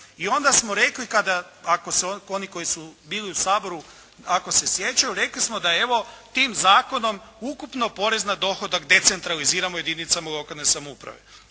i onda smo rekli kada, ako su oni koji su bili u Saboru, ako se sjećaju rekli smo da je evo tim zakonom ukupno porez na dohodak decentraliziramo u jedinicama lokalne samouprave.